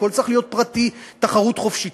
הכול צריך להיות פרטי, תחרות חופשית.